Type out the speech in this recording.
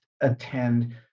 attend